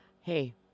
hey—